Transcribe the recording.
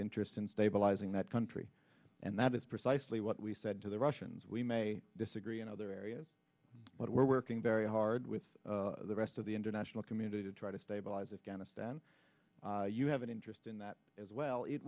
interest in stabilizing that country and that is precisely what we said to the russians we may disagree in other areas but we're working very hard with the rest of the international community to try to stabilize afghanistan you have an interest in that as well it